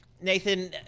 Nathan